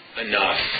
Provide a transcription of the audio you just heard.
enough